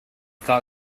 call